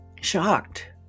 shocked